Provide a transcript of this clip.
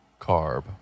carb